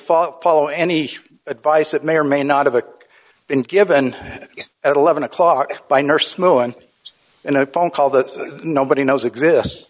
follow follow any advice that may or may not have a been given at eleven o'clock by nurse muan in a phone call that nobody knows exists